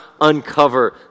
uncover